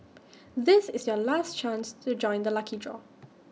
this is your last chance to join the lucky draw